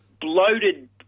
bloated –